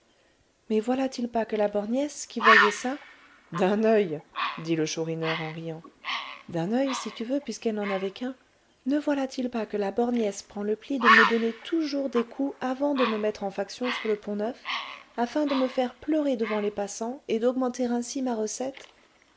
mais voilà-t-il pas que la borgnesse qui voyait ça d'un oeil dit le chourineur en riant d'un oeil si tu veux puisqu'elle n'en avait qu'un ne voilà-t-il pas que la borgnesse prend le pli de me donner toujours des coups avant de me mettre en faction sur le pont-neuf afin de me faire pleurer devant les passants et d'augmenter ainsi ma recette